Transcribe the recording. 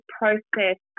process